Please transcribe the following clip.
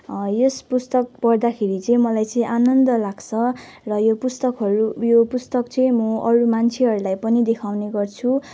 यस पुस्तक पढ्दाखेरि चाहिँ मलाई चाहिँ आनन्द लाग्छ र यो पुस्तकहरू यो पुस्तक चाहिँ म अरू मान्छेहरूलाई पनि देखाउने गर्छु